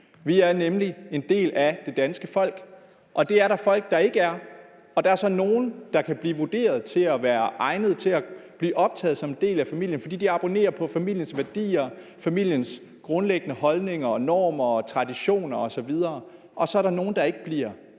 Vi er nemlig en del af det danske folk, og det er der folk der ikke er. Der er så nogle, der kan blive vurderet til at være egnet til at blive optaget som en del af familien, fordi de abonnerer på familiens værdier, familiens grundlæggende holdninger, normer og traditioner osv., og så er der nogle, der ikke bliver det.